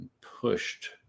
pushed